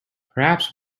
perhaps